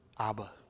Abba